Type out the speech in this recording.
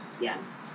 yes